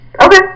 Okay